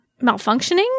malfunctioning